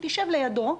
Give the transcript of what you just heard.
תשב לידו.